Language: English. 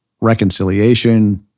reconciliation